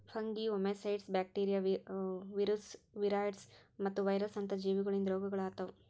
fungi, oomycetes, bacteria, viruses, viroids ಮತ್ತ virus ಅಂತ ಜೀವಿಗೊಳಿಂದ್ ರೋಗಗೊಳ್ ಆತವ್